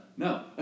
No